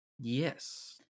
yes